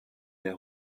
der